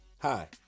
Hi